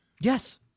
Yes